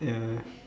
yeah